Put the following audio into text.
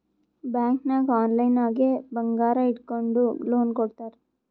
bank ನಾಗ್ online ನಾಗೆ ಬಂಗಾರ್ ಇಟ್ಗೊಂಡು ಲೋನ್ ಕೊಡ್ತಾರ್